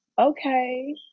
Okay